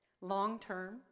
long-term